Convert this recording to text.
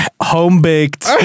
home-baked